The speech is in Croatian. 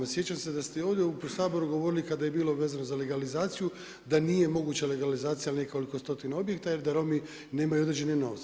Sjećam se da ste i ovdje u Saboru govorili kada je bilo vezano za legalizaciju da nije moguća legalizacije nekoliko stotina objekata jer da Romi nemaju određene novce.